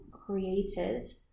created